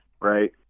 right